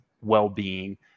well-being